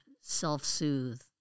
self-soothe